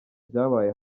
byabaye